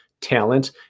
talent